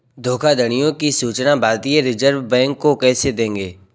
धोखाधड़ियों की सूचना भारतीय रिजर्व बैंक को कैसे देंगे?